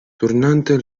turnante